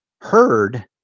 heard